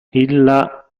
illa